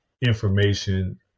information